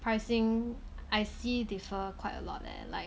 pricing I see differ quite a lot leh like